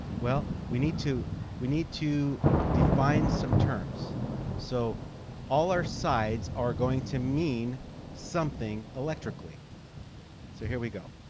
well, we need to we need to define some terms so all our sides are going to mean something electrically so here we go